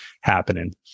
happening